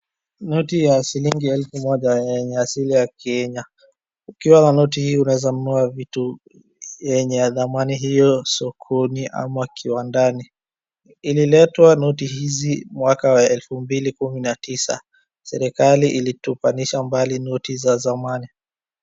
Noti ya shilingi elfu moja yenye asili ya kenya, ukiwa na noti hii unaweza kununua vitu yenye ya dhamani iwe sokoni ama kiwandani. Ililetwa noti hizi mwaka wa elfu mbili kumi na tisa, serikali ilitupanisha mbali noti za zamani.